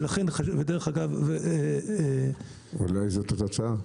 ודרך אגב --- אולי זאת התוצאה.